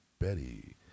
Betty